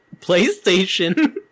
PlayStation